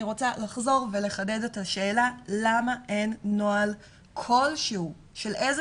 רוצה לחזור ולחדד את השאלה למה אין נוהל כלשהו של איזה